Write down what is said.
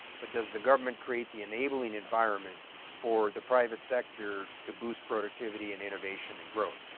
but does the government create the enabling environment for the private sector to boost productivity and innovation and growth.